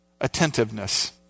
attentiveness